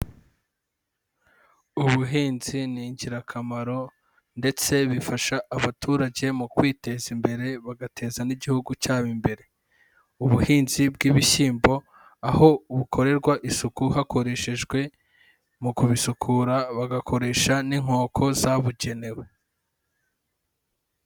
Ubuhinzi ni ingirakamaro ndetse bifasha abaturage mu kwiteza imbere, bagateza n'igihugu cyabo imbere. Ubuhinzi bw'ibishyimbo aho bukorerwa isuku hakoreshejwe mu kubisukura, bagakoresha n'inkoko zabugenewe.